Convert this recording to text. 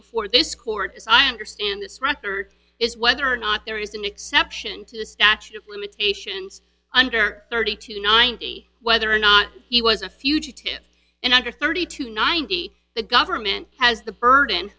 before this court as i understand this record is whether or not there is an exception to the statute of limitations under thirty to ninety whether or not he was a fugitive and under thirty to ninety the government has the burden